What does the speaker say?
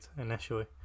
initially